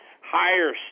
higher